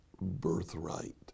birthright